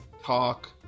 Talk